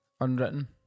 Unwritten